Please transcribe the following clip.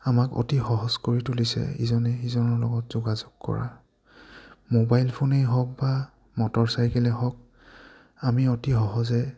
আমাক অতি সহজ কৰি তুলিছে ইজনে সিজনৰ লগত যোগাযোগ কৰা মোবাইল ফোনেই হওক বা মটৰচাইকেলেই হওক আমি অতি সহজে